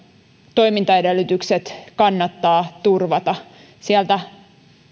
toimintaedellytykset kannattaa turvata sieltä